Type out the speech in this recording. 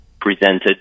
presented